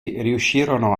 riuscirono